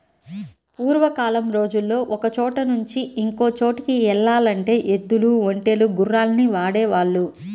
పూర్వకాలం రోజుల్లో ఒకచోట నుంచి ఇంకో చోటుకి యెల్లాలంటే ఎద్దులు, ఒంటెలు, గుర్రాల్ని వాడేవాళ్ళు